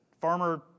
Farmer